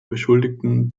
beschuldigten